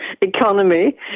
economy